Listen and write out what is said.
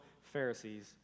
Pharisees